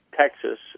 Texas